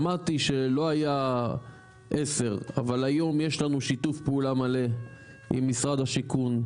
שמעתי שלא היה עשר אבל היום יש לנו שיתוף פעולה מלא עם משרד השיכון,